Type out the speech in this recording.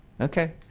Okay